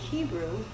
Hebrew